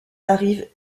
arrive